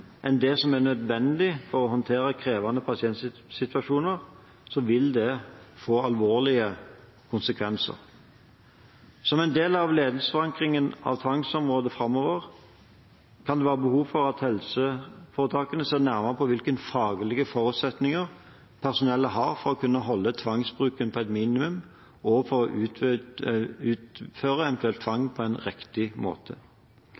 enn det som er nødvendig for å håndtere krevende pasientsituasjoner, vil det få alvorlige konsekvenser. Som en del av ledelsesforankringen av tvangsområdet framover kan det være behov for at helseforetakene ser nærmere på hvilke faglige forutsetninger personalet har for å kunne holde tvangsbruken på et minimum og for å utføre eventuell tvang på en riktig måte.